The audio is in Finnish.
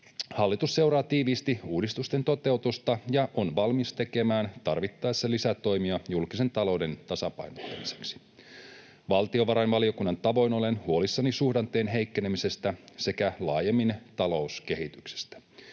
Hallitus seuraa tiiviisti uudistusten toteutusta ja on valmis tekemään tarvittaessa lisätoimia julkisen talouden tasapainottamiseksi. Valtiovarainvaliokunnan tavoin olen huolissani suhdanteen heikkenemisestä sekä laajemmin talouskehityksestä.